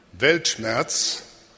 weltschmerz